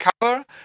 cover